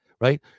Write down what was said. right